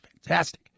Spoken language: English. fantastic